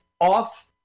off